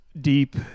deep